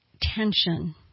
tension